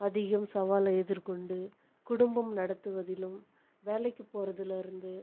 அதிகம் சவாலை எதிர்கொண்டு குடும்பம் நடத்துவதிலும் வேலைக்கு போகிறதுல இருந்து